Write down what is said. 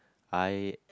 I